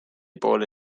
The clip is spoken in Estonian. poole